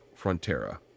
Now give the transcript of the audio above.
frontera